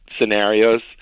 scenarios